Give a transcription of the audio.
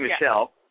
Michelle